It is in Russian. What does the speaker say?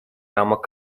рамок